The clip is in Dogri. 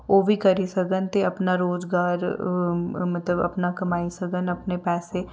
ओह् बी करी सकन ते अपना रोजगार मतलब अपना कमाई सकन अपने पैसे